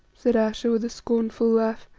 said ayesha with a scornful laugh.